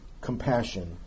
compassion